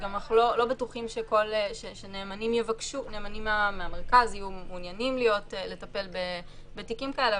אנחנו לא בטוחים שנאמנים מהמרכז יהיו מעוניינים לטפל בתיקים כאלה,